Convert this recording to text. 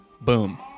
boom